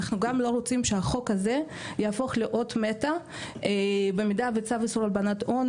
אנחנו גם לא רוצים שהחוק הזה יהפוך לאות מתה במידה וצו איסור הלבנת הון